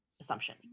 assumption